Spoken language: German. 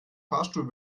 fahrstuhl